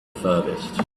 furthest